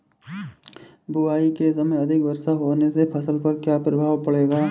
बुआई के समय अधिक वर्षा होने से फसल पर क्या क्या प्रभाव पड़ेगा?